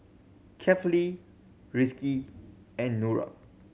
Kefli Rizqi and Nura